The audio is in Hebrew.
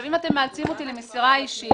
אם אתם מאלצים אותי למסירה אישית,